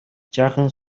жаахан